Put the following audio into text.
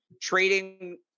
trading